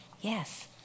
Yes